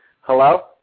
hello